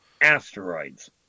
asteroids